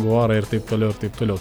vorą ir taip toliau ir taip toliau